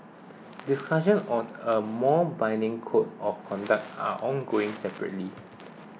discussions on a more binding code of conduct are ongoing separately